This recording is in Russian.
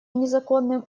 незаконным